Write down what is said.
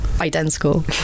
identical